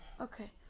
Okay